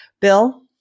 Bill